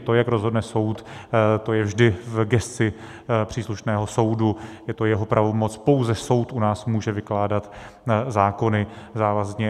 To, jak rozhodne soud, to je vždy v gesci příslušného soudu, je to jeho pravomoc, pouze soud u nás může vykládat zákony závazně.